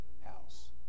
house